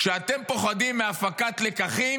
כשאתם פוחדים מהפקת לקחים,